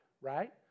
right